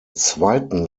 zweiten